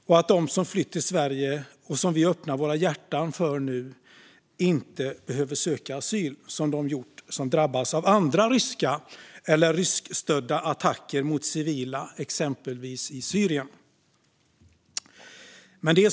De som har flytt till Sverige och som vi öppnar våra hjärtan för nu behöver inte söka asyl, vilket de som drabbats av andra ryska eller ryskstödda attacker mot civila, exempelvis i Syrien, behövt göra.